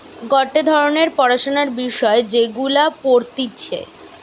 গটে ধরণের পড়াশোনার বিষয় যেগুলা পড়তিছে